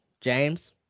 James